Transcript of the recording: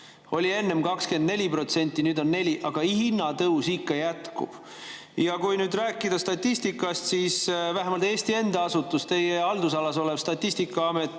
oli 24%, nüüd on 4%, aga hinnatõus ikka jätkub. Kui rääkida statistikast, siis vähemalt Eesti enda asutus, teie haldusalas olev Statistikaamet,